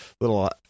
little